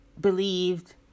believed